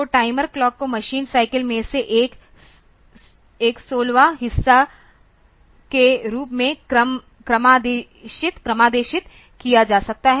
तो timer clock को machine cycles में से एक 16th हिस्सा के रूप में क्रमादेशित किया जा सकता है